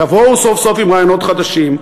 תבואו סוף-סוף עם רעיונות חדשים,